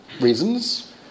reasons